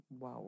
Wow